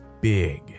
big